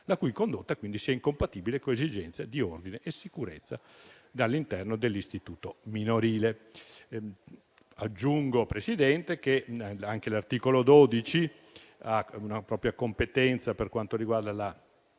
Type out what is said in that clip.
la cui condotta sia incompatibile con esigenze di ordine e sicurezza all'interno dell'Istituto minorile. Aggiungo, Presidente, che anche l'articolo 12 ha visto la competenza della 2a